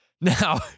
Now